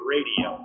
Radio